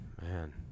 man